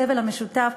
בסבל המשותף